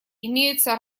имеются